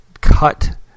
cut